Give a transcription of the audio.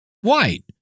White